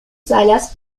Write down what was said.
salas